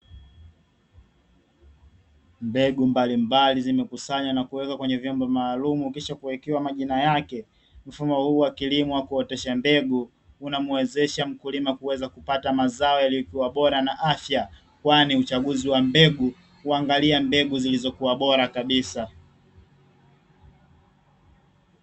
Mbegu mbalimbali zimekusanywa na kuwekwa kwenye vyombo maalumu na kuwekewa majina yake. Mfumo huu wa kilimo wa kuotesha mbegu, unamuwezesha mkulima ili kuweza kupata mazao yaliyokuwa bora na afya, kwani uchaguzi wa mbegu huangalia mbegu zilizokuwa bora kabisa.